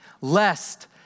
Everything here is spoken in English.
Lest